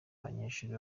abanyeshuri